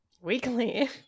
weekly